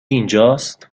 اینجاست